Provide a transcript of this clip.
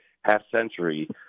half-century